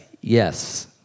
Yes